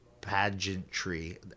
pageantry